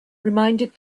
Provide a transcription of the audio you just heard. reminded